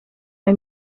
hij